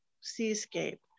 seascape